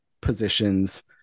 positions